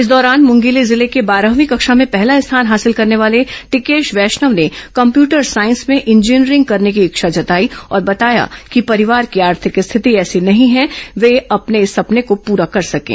इस दौरान मुंगेली जिले के बारहवी कक्षा में पहला स्थान हासिल करने वाले टिकेश वैष्णव ने कम्प्यूटर साईंस में इंजीनियरिंग करने की इच्छा जताई और बताया कि परिवार की आर्थिक स्थिति ऐसी नहीं है वे अपने इस सपने को पूरा कर सकें